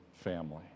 family